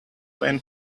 when